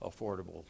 affordable